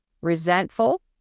resentful